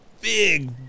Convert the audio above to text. big